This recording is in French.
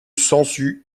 sansu